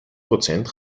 prozent